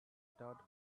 taught